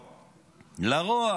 לרוע.